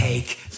Take